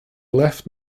left